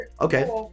Okay